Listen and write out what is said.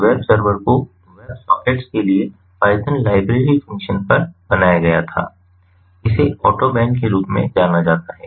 तो इस web server को वेब सॉकेट्स के लिए पायथन लाइब्रेरी फंक्शन पर बनाया गया था इसे ऑटो बैन के रूप में जाना जाता है